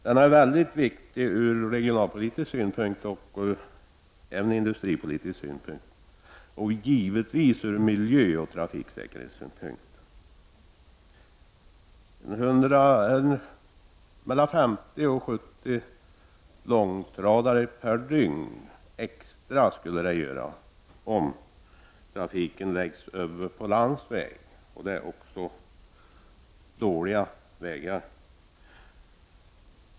Denna bana är mycket viktig ur såväl regionalpolitisk som industripolitisk synpunkt samt givetvis även ur miljöoch trafiksäkerhetssynpunkt. Om denna godstrafik lades över på landsväg skulle följden bli att mellan 50 och 70 extra långtradare trafikerade landsvägen varje dygn. Vägarna i fråga är i dåligt skick.